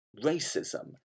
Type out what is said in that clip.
racism